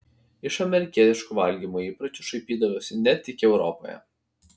iš amerikietiškų valgymo įpročių šaipydavosi ne tik europoje